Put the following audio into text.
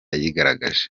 yigaragaje